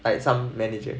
like some manager